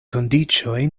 kondiĉoj